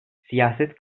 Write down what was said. siyaset